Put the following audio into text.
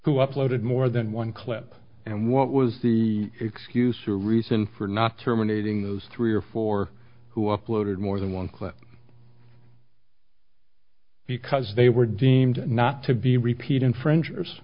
uploaded more than one clip and what was the excuse or reason for not terminating those three or four who uploaded more than one clip because they were deemed not to be repeat infringers thre